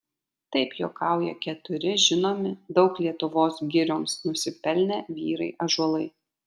taip juokauja keturi žinomi daug lietuvos girioms nusipelnę vyrai ąžuolai